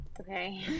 okay